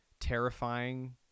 terrifying